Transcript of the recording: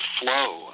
flow